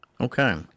Okay